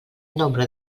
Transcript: nombre